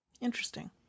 Interesting